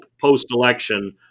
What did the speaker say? post-election